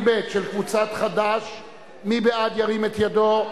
מי בעד חלופין, יצביע, ירים את ידו.